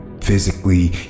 physically